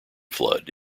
flood